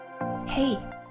Hey